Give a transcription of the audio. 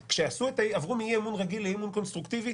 כשעברו מאי-אמון רגיל לאי-אמון קונסטרוקטיבי,